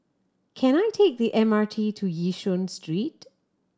can I take the M R T to Yishun Street